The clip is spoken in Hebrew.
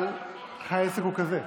אבל העסק הוא כזה: